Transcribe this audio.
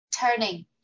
turning